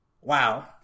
Wow